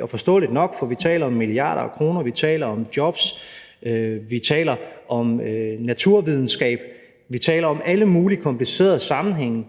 og forståeligt nok, for vi taler om milliarder af kroner, vi taler om jobs, vi taler om naturvidenskab, vi taler om alle mulige komplicerede sammenhænge,